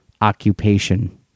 occupation